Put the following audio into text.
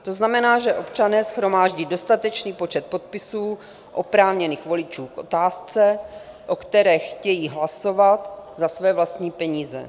To znamená, že občané shromáždí dostatečný počet podpisů oprávněných voličů k otázce, o které chtějí hlasovat, za své vlastní peníze.